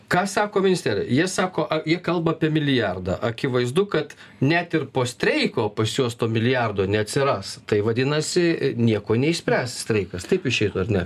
ką sako ministerija jie sako jie kalba apie milijardą akivaizdu kad net ir po streiko pas juos to milijardo neatsiras tai vadinasi nieko neišspręs streikas taip išeitų ar ne